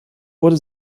wurde